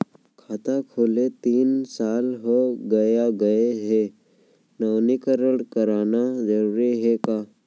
खाता खुले तीन साल हो गया गये हे नवीनीकरण कराना जरूरी हे का?